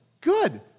Good